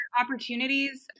opportunities